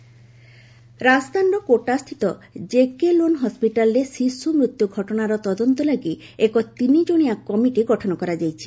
quota children death ରାଜସ୍ଥାନର କୋଟାସ୍ଥିତ ଜେକେଲୋନ୍ ହସିଟାଲ୍ରେ ଶିଶୁ ମୃତ୍ୟୁ ଘଟଣାର ତଦନ୍ତ ଲାଗି ଏକ ତିନିଜଣିଆ କମିଟି ଗଠନ କରାଯାଇଛି